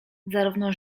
zarówno